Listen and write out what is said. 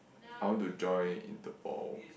I want to join Interpol